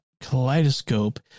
Kaleidoscope